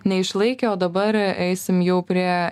neišlaikė o dabar eisim jau prie